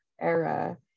era